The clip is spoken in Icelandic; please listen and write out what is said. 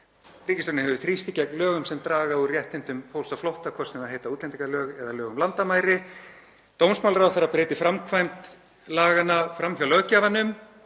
Ríkisstjórnin hefur þrýst í gegn lögum sem draga úr réttindum fólks á flótta, hvort sem það heita útlendingalög eða lög um landamæri, dómsmálaráðherra breytti framkvæmd laganna fram hjá löggjafanum,